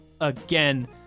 again